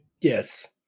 Yes